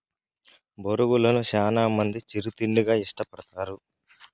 బొరుగులను చానా మంది చిరు తిండిగా ఇష్టపడతారు